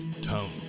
Tone